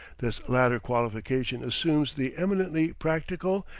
this latter qualification assumes the eminently practical,